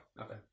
Okay